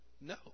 No